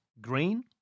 green